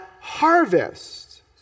harvest